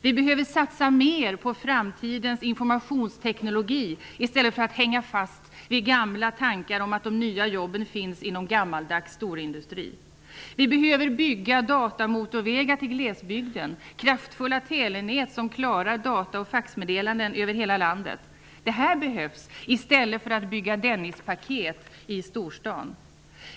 Vi behöver satsa mer på framtidens informationsteknologi i stället för att hänga fast vid gamla tankar om att de nya jobben finns inom en gammaldags storindustri. Vi behöver bygga datamotorvägar till glesbygden -- kraftfulla telenät som klarar data och faxmeddelanden över hela landet -- i stället för att bygga Dennispaket i storstaden.